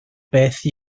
beth